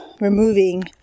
removing